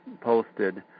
posted